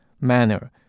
manner